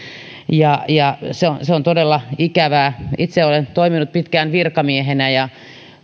ja ja se on se on todella ikävää itse olen toiminut pitkään virkamiehenä ja